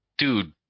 dude